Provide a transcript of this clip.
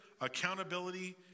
accountability